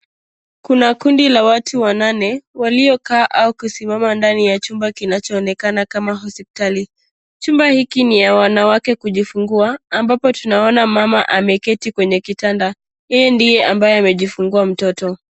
Kuna kundi la watu wanane, waliokaa au kusimama, ndani ya chumba kinachoonekana kama hospitali. Chumba hiki ni cha wanawake kujifungua, ambapo tunaona mama ameketi kwenye kitanda, yeye ndiye ambaye amejifungua mtoto.